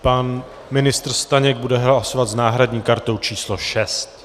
Pan ministr Staněk bude hlasovat s náhradní kartou číslo 6.